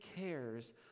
cares